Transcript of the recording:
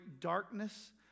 darkness